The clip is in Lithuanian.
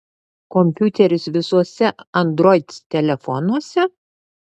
kompiuteris visuose android telefonuose